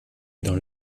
dans